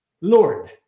Lord